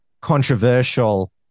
controversial